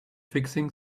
fixing